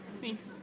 Thanks